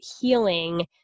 healing